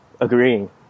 agreeing